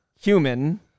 human